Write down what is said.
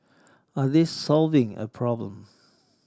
are they solving a problem